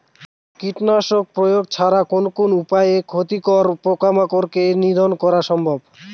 কীটনাশক প্রয়োগ ছাড়া কোন কোন উপায়ে ক্ষতিকর পোকামাকড় কে নিধন করা সম্ভব?